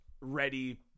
ready